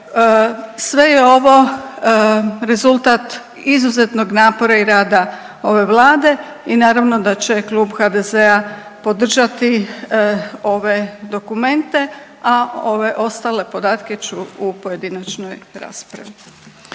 sve je ovo rezultat izuzetnog napora i rada ove vlade i naravno da će Klub HDZ-a podržati ove dokumente, a ove ostale podatke ću u pojedinačnoj raspravi.